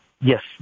Yes